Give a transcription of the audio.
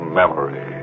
memory